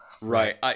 Right